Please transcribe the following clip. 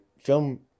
film